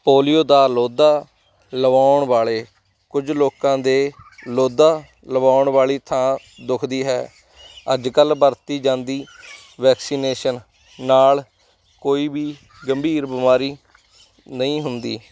polio ਦਾ ਲੋਧਾ ਲਵਾਉਣ ਵਾਲੇ ਕੁਝ ਲੋਕਾਂ ਦੇ ਲੋਧਾ ਲਵਾਉਣ ਵਾਲੀ ਥਾਂ ਦੁਖਦੀ ਹੈ ਅੱਜ ਕੱਲ੍ਹ ਵਰਤੀ ਜਾਂਦੀ ਵੈਕਸੀਨੈਸਨ ਨਾਲ ਕੋਈ ਵੀ ਗੰਭੀਰ ਬਿਮਾਰੀ ਨਹੀਂ ਹੁੰਦੀ